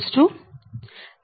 2916 0